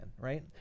right